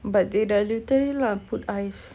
but they diluted it lah put ice